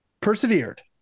persevered